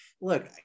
look